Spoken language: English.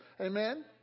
Amen